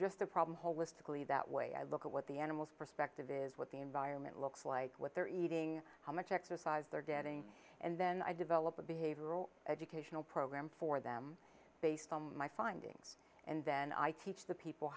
just the problem holistically that way i look at what the animals perspective is what the environment looks like what they're eating how much exercise they're denting and then i develop a behavioral educational program for them based on my findings and then i teach the people